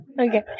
Okay